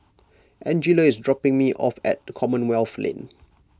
Angella is dropping me off at Commonwealth Lane